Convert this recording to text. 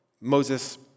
Moses